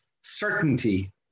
certainty